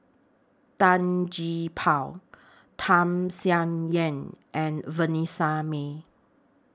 Tan Gee Paw Tham Sien Yen and Vanessa Mae